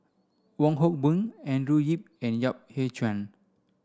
Wong Hock Boon Andrew Yip and Yap Ee Chian